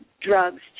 drugs